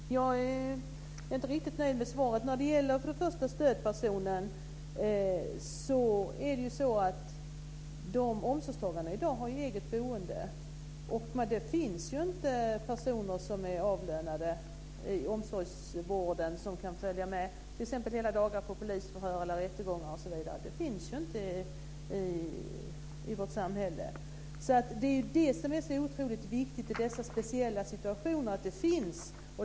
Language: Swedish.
Fru talman! Jag är inte riktigt nöjd med svaret. När det gäller stödpersoner är det ju så att de omsorgstagande i dag har eget boende. Det finns inte personer som är avlönade i omsorgsvården som kan följa med hela dagar på t.ex. polisförhör eller rättegångar. Det finns inte i vårt samhälle. Därför är det otroligt viktigt i dessa speciella situationer att det finns.